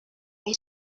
and